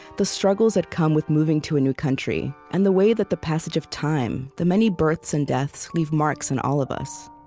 the struggles that come with moving to a new country, and the way that the passage of time, the many births and deaths, leave marks on and all of us